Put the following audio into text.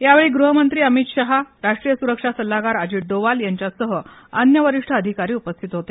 यावेळी गृहमंत्री अमित शहा राष्ट्रीय सुरक्षा सल्लागार अजित डोवाल यांच्यासह अन्य वरिष्ठ अधिकारी उपस्थित होते